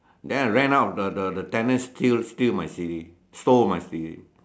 then I ran out of the the tenant steal steal my C_Ds stole my C_Ds